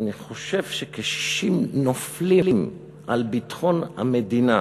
אני חושב שכ-60 נופלים על ביטחון המדינה